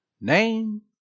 Name